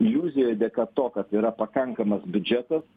iliuzija dėka to kad yra pakankamas biudžetas